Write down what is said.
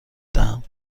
دهم